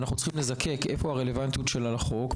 ואנחנו צריכים לזקק איפה הרלוונטיות שלה לחוק,